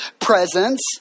presence